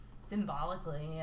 symbolically